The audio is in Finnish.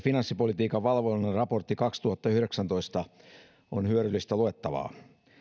finanssipolitiikan valvonnan raportti kaksituhattayhdeksäntoista on hyödyllistä luettavaa